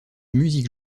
musique